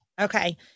Okay